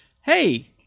Hey